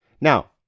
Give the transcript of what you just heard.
now